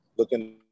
looking